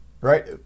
right